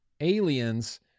Aliens